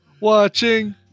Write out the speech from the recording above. watching